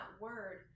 word